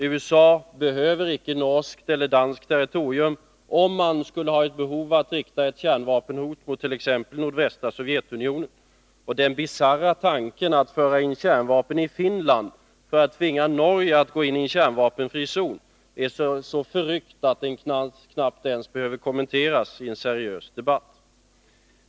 USA behöver icke norskt eller danskt territorium för att vid behov rikta ett kärnvapenhot t.ex. mot nordvästra Sovjetunionen, och den bisarra tanken att föra in kärnvapen i Finland för att tvinga Norge att gå in i en kärnvapenfri zon är så förryckt att den knappt ens behöver kommenteras i en seriös debatt.